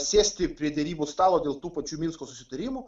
sėsti prie derybų stalo dėl tų pačių minsko susitarimų